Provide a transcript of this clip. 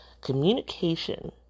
Communication